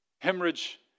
hemorrhage